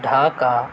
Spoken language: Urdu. ڈھاکہ